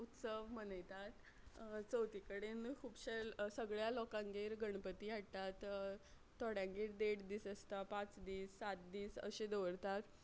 उत्सव मनयतात चवथी कडेन खुबशे सगळ्या लोकांगेर गणपती हाडटात थोड्यांगेर देड दीस आसता पांच दीस सात दीस अशे दवरतात